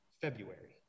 February